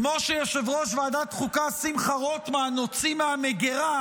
כמו שיושב-ראש ועדת החוקה שמחה רוטמן הוציא מהמגירה